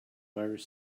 virus